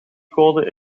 code